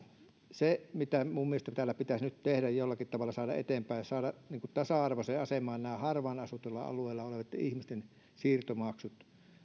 se mitä minun mielestäni pitäisi nyt tehdä jollakin tavalla saada eteenpäin on saada tasa arvoiseen asemaan harvaan asutuilla alueilla olevien ihmisten siirtomaksut